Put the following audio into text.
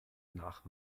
nach